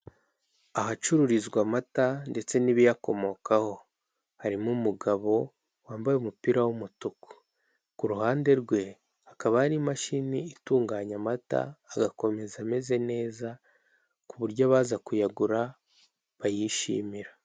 Ahacururizwa amata ndetse n'ibiyakomokaho harimo umugabo wambaye umupira w'umutuku, ku ruhande rwe hakaba hari imashini itunganya amata agakomeza ameze neza ku buryo abaza kuyagura bayishimira.